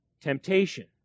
temptation